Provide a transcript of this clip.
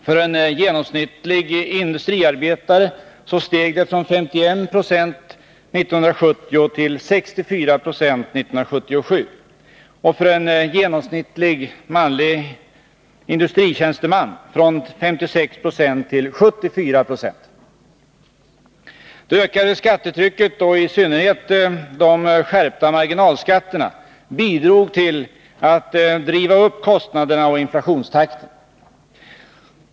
För en genomsnittlig industriarbetare steg den från 51 90 1970 till 64 96 1977 och för en genomsnittlig industritjänsteman från 56 4 till 14 0. Det ökade skattetrycket och i synnerhet de skärpta marginalskatterna bidrog till att driva upp kostnaderna och inflationstakten.